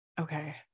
Okay